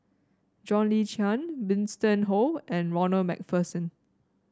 John Le Cain Winston Oh and Ronald MacPherson